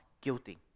guilty